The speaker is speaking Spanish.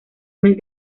mes